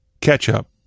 ketchup